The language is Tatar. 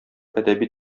әдәби